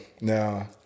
now